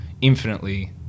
infinitely